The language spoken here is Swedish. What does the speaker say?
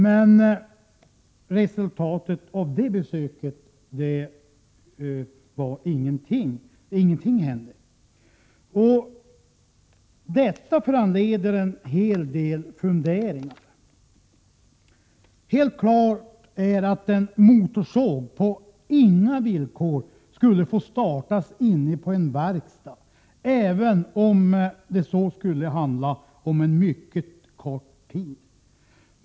Men resultatet av det besöket blev ingenting — ingenting hände. Detta föranleder en hel del funderingar. Det är helt klart att en motorsåg på inga villkor skulle få startas inne i en verkstad, även om det skulle röra sig om en mycket kort tid.